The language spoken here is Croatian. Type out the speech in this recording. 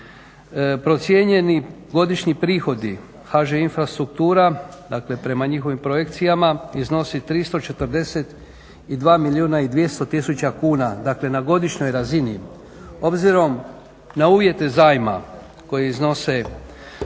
Procijenjeni godišnji prihodi HŽ-Infrastruktura dakle prema njihovim projekcijama iznosi 342 milijuna i 200 tisuća kuna dakle na godišnjoj razini. Obzirom na uvjete zajma koji iznose 15